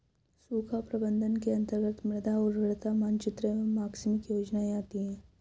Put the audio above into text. सूखा प्रबंधन के अंतर्गत मृदा उर्वरता मानचित्र एवं आकस्मिक योजनाएं आती है